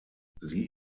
sie